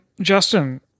Justin